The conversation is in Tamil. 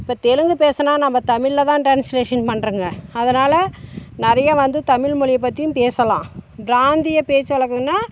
இப்போ தெலுங்கு பேசுனா நம்ப தமிழில் தான் ட்ரான்ஸ்லேஷன் பண்ணுறோங்க அதனால் நிறைய வந்து தமிழ் மொழியை பற்றியும் பேசலாம் பிராந்திய பேச்சு வழக்குங்கன்னா